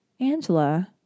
Angela